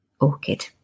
orchid